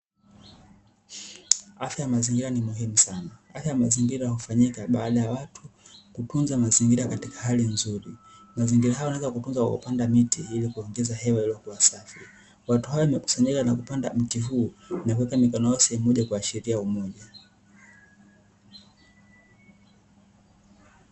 Afya ya mazingira ni muhimu sana, haya mazingira hufanyika baada ya watu kutunza mazingira katika hali nzuri ,mazingira hayo yanaweza kutunzwa kwa kupanda miti ili kuongeza hewa iliyokuwa safi, watu hayo wamekusanyika na kupanda mti huu na kuweka mikono yao sehemu moja kuashiria ya umoja.